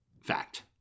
fact